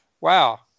Wow